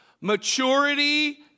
Maturity